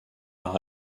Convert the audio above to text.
par